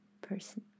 person